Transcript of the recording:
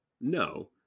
No